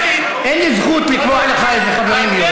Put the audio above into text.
אין לי זכות לקבוע לך איזה חברים יהיו לך.